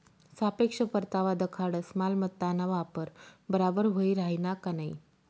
सापेक्ष परतावा दखाडस मालमत्ताना वापर बराबर व्हयी राहिना का नयी